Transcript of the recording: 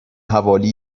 حوالی